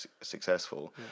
successful